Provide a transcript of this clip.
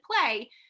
play